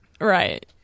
Right